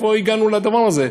איפה הגענו לדבר הזה?